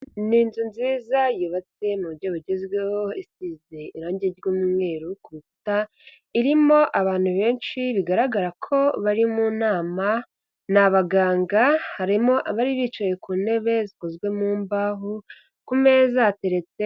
Ni inzu nziza yubatse mu buryo bugezwehoze isize irangi ry'umweru ku rukuta, irimo abantu benshi bigaragara ko bari mu nama, ni abaganga harimo abari bicaye ku ntebe zikozwe mu mbaho ku meza hateretse.